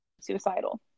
suicidal